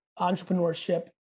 entrepreneurship